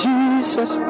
Jesus